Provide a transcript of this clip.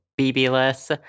BB-less